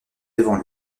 devant